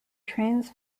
trains